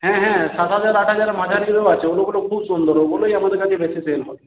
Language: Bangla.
হ্যাঁ হ্যাঁ সাত হাজার আট হাজার মাঝারিরও আছে ওগুলো খুব সুন্দর ওগুলোই আমাদের কাছে বেশী সেল হয়